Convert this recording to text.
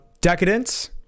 Decadence